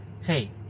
Hey